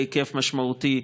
בהיקף משמעותי,